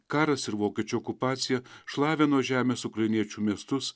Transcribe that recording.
karas ir vokiečių okupacija šlavė nuo žemės ukrainiečių miestus